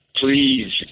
Please